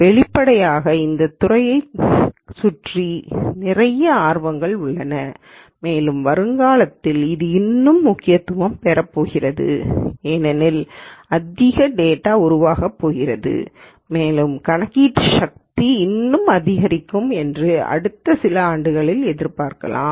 வெளிப்படையாக இந்தத் துறையைச் சுற்றி நிறைய ஆர்வங்கள் உள்ளன மேலும் வருங்காலத்தில் இது இன்னும் முக்கியத்துவம் பெறப் போகிறது ஏனெனில் அதிக டேட்டா உருவாக போகிறது மேலும் கணக்கீட்டு சக்தி இன்னும் அதிகரிக்கும் என்று அடுத்த சில ஆண்டுகளில் எதிர்பார்க்கலாம்